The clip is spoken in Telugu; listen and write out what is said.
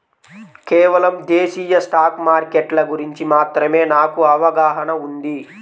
కేవలం దేశీయ స్టాక్ మార్కెట్ల గురించి మాత్రమే నాకు అవగాహనా ఉంది